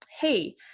Hey